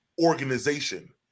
organization